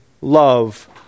love